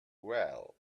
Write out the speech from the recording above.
well